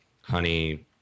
honey